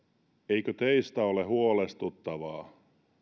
eikö teistä ole huolestuttavaa